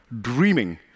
dreaming